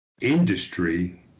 industry